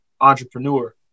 entrepreneur